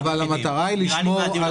המטרה היא לשמור על